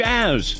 Jazz